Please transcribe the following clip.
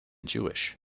jewish